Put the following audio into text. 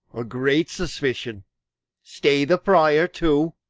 a great suspicion stay the friar too.